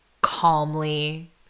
calmly